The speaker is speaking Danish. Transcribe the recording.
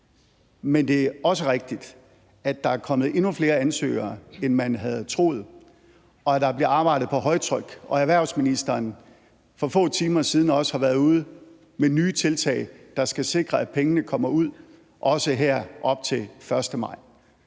Men det er også rigtigt, at der er kommet endnu flere ansøgere, end man havde troet, og at der bliver arbejdet på højtryk. For få timer siden var erhvervsministeren ude med nye tiltag, der skal sikre, at pengene kommer ud også her op til 1. maj.